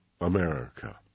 America